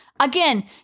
Again